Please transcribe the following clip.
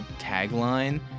tagline